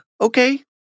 Okay